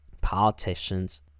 Politicians